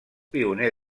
pioner